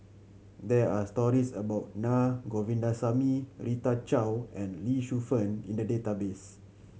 there are stories about Na Govindasamy Rita Chao and Lee Shu Fen in the database